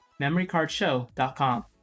MemoryCardShow.com